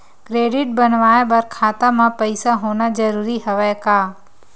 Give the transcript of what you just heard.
Credit बनवाय बर खाता म पईसा होना जरूरी हवय का?